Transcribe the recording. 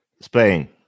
Spain